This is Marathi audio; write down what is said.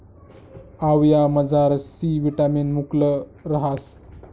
आवयामझार सी विटामिन मुकलं रहास